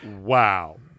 Wow